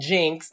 Jinx